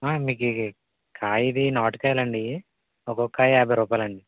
మీకిది కాయ ఇది నాటుకాయలు అండి ఇవి ఒకొక్క కాయ యాభై రూపాయలండి